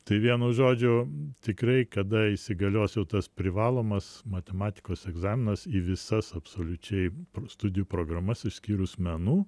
tai vienu žodžiu tikrai kada įsigalios jau tas privalomas matematikos egzaminas į visas absoliučiai pro studijų programas išskyrus menų